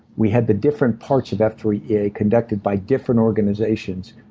we had the different parts of f three e a conducted by different organizations,